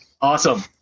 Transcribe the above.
Awesome